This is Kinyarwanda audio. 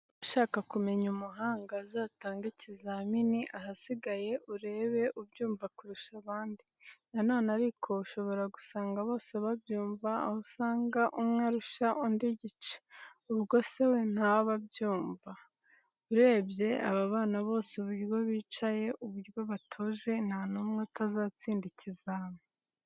Niba ushaka kumenya umuhanga uzatange ikizamini ahasigaye urebe ubyumva kurusha abandi. nanone ariko ushobora gusanga bose babyumva aho usanga umwe arusha undi igice ubwo sewe ntaba abyumva. urebye ababana bose uburyo bicaye uburyo batuje ntanumwe utazatsinda ikizami.